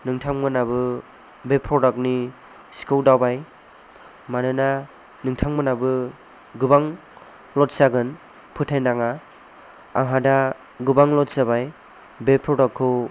नोंथांमोनहाबो बे प्रडाक्ट नि सिखौ दाबाय मानोना नोंथांमोनहाबो गोबां लस जागोन फोथाय नाङा आंहा दा गोबां लस जाबाय बे प्रडाक्ट खौ